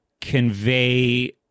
convey